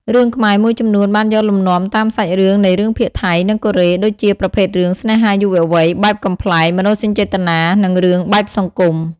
រឿងខ្មែរមួយចំនួនបានយកលំនាំតាមសាច់រឿងនៃរឿងភាគថៃ និងកូរ៉េ ដូចជាប្រភេទរឿង ស្នេហាយុវវ័យ បែបកំប្លែង មនោសញ្ចេតនា និងរឿងបែបសង្គម។